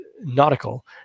nautical